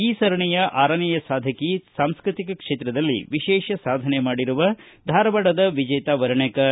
ಈ ಸರಣಿಯ ಆರನೆಯ ಸಾಧಕಿ ಸಾಂಸ್ಕತಿಕ ಕ್ಷೇತ್ರದಲ್ಲಿ ವಿಶೇಷ ಸಾಧನೆ ಮಾಡಿರುವ ಧಾರವಾಡದ ವಿಜೇತಾ ವೆಣೇಕರ